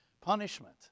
Punishment